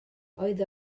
oedd